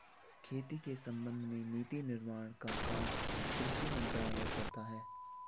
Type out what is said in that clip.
खेती के संबंध में नीति निर्माण का काम कृषि मंत्रालय करता है